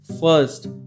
first